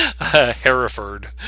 hereford